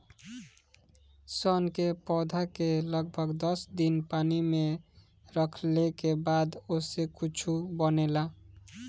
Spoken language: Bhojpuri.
सन के पौधा के लगभग दस दिन पानी में रखले के बाद ओसे कुछू बनेला